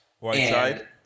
Whiteside